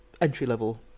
entry-level